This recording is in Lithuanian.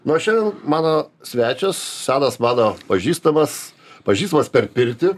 na o šiandien mano svečias senas mano pažįstamas pažįstamas per pirtį